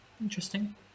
interesting